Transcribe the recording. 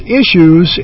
issues